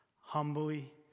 humbly